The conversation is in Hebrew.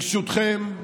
ברשותכם,